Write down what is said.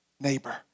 neighbor